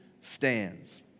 stands